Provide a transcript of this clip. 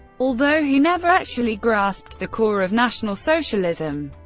although he never actually grasped the core of national socialism.